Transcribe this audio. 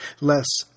Less